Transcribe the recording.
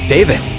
David